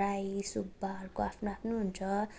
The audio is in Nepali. राई सुब्बाहरूको आफ्नो आफ्नो हुन्छ